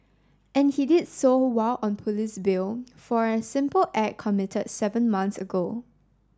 and he did so while on police bail for a simple act committed seven months ago